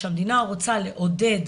כשהמדינה רוצה לעודד